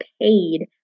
paid